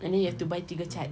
and then you have to buy tiga cat